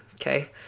okay